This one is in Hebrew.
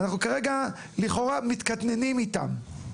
אנחנו כרגע, לכאורה, מתקטננים איתם.